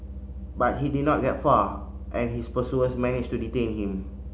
but he did not get far and his pursuers managed to detain him